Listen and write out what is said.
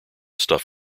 stuff